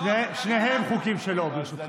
שניהם חוקים שלו, ברשותך.